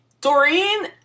Doreen